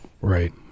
Right